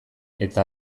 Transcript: eta